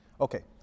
okay